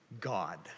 God